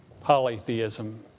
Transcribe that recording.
Polytheism